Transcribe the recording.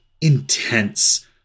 intense